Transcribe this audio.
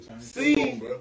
see